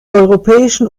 europäischen